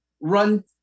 run